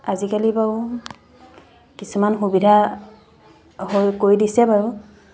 আজিকালি বাৰু কিছুমান সুবিধা হৈ কৰি দিছে বাৰু